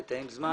נתאם זמן.